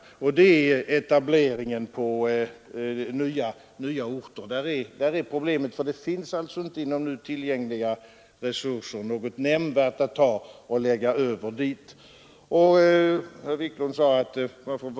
Jag tänker härvid på etableringen på nya orter. För dem finns det med tillgängliga resurser inte något nämnvärt att ta och lägga över till utlandsundervisningen.